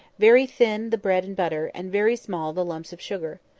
very thin the bread and butter, and very small the lumps of sugar.